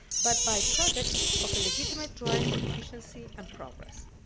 but byproducts of legitimate drive for efficiency and progress.